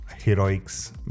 heroics